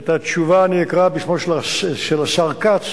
את התשובה אני אקרא בשמו של השר כץ